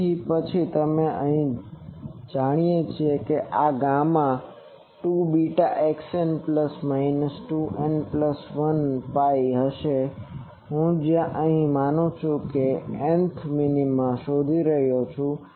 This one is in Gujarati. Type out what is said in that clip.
તેથી પછી આપણે જાણીએ છીએ કે આ gamma 2 βxn plus minus 2n plus 1 pi હશે જ્યાં અહીં હું માનું છું કે nth મીનિમા હું શોધી રહ્યો છું